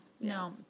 No